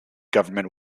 government